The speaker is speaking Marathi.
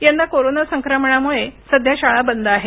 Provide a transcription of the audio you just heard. यंदा कोरोना संक्रमणामुळे सध्या शाळा बंद आहेत